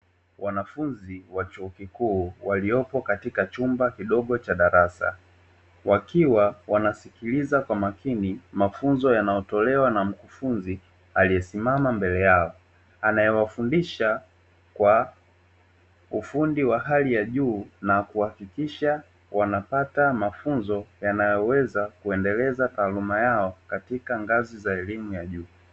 Wanafunzi wa chuo kikuu, waliopo katika chumba kidogo cha darasa, wakiwa wanasikiliza kwa umakini mafunzo yanayotolewa na mkufunzi aliyesimama mbele yao, anayewafundisha kwa ufundi wa hali ya juu na kuhakikisha wanapata mafunzo yanayoweza kuendeleza taaluma yao katika ngazi za elimu ya juu.